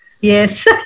Yes